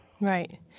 Right